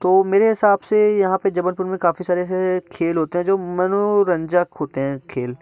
तो मेरे हिसाब से यहाँ पे जबलपुर में काफ़ी सारे ऐसे खेल होते हैं जो मनोरंजक होते हैं खेल